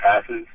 passes